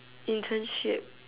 internship